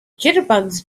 jitterbugs